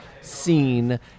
seen